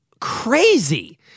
crazy